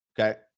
Okay